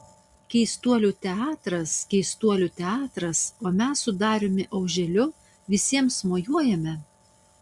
keistuolių teatras keistuolių teatras o mes su dariumi auželiu visiems mojuojame